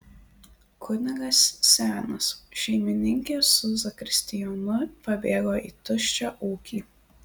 kunigas senas šeimininkė su zakristijonu pabėgo į tuščią ūkį